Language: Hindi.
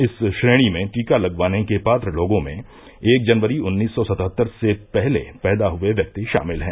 इस श्रेणी में टीका लगवाने के पात्र लोगों में एक जनवरी उन्नीस सौ सतहत्तर से पहले पैदा हुए व्यक्ति शामिल हैं